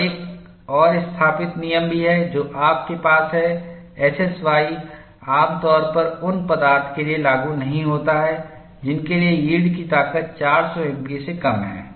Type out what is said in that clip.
और एक और स्थापित नियम भी है जो आपके पास है एसएसवाई आमतौर पर उन पदार्थ के लिए लागू नहीं होता है जिनके लिए यील्ड की ताकत 400 एमपीए से कम है